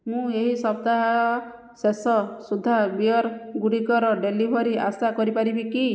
ମୁଁ ଏହି ସପ୍ତାହ ଶେଷ ସୁଦ୍ଧା ବିୟର୍ ଗୁଡ଼ିକର ଡେଲିଭରି ଆଶା କରିପାରିବି କି